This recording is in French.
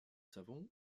savons